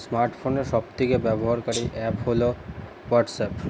smart ফোনের সব থেকে ব্যবহারকারী অ্যাপ হলো হোয়াটসঅ্যাপ